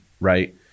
right